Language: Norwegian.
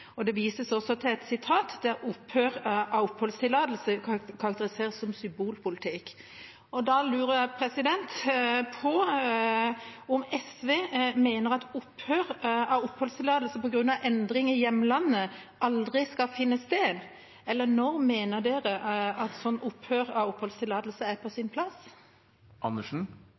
hjemlandet». Det vises også til et sitat der opphør av oppholdstillatelse karakteriseres som symbolpolitikk. Da lurer jeg på om SV mener at opphør av oppholdstillatelse på grunn av endring i hjemlandet aldri skal finne sted – eller når mener de at slikt opphør av oppholdstillatelse er på sin plass?